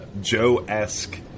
Joe-esque